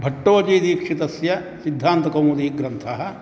भट्टोजीदीक्षितस्य सिद्धान्तकौमुदीग्रन्थः